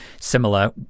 similar